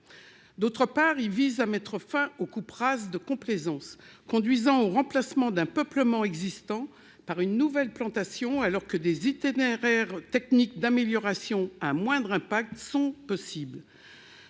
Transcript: D'une part, il tend à mettre fin aux coupes rases de complaisance conduisant au remplacement d'un peuplement existant par une nouvelle plantation, alors que des itinéraires techniques d'amélioration à moindre impact sont possibles.